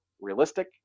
realistic